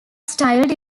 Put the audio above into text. styled